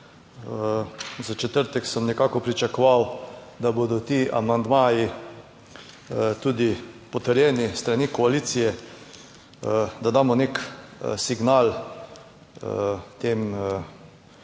V četrtek sem nekako pričakoval, da bodo ti amandmaji tudi potrjeni s strani koalicije, da damo nek signal tem